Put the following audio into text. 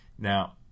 Now